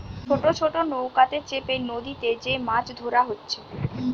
ছোট ছোট নৌকাতে চেপে নদীতে যে মাছ ধোরা হচ্ছে